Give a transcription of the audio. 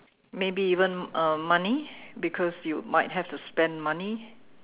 maybe even uh money because you might have to spend money